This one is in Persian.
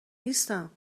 نیستم